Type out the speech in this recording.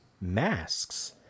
masks